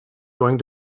going